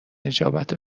نجابت